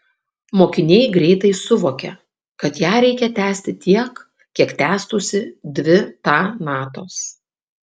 mokiniai greitai suvokia kad ją reikia tęsti tiek kiek tęstųsi dvi ta natos